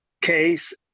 case